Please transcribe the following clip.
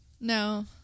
No